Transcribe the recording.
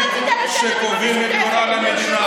אתה, שרוכב על שנאת, תתבייש לך.